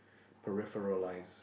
peripheralise